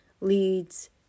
leads